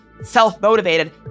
self-motivated